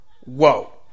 whoa